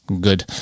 good